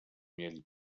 mieli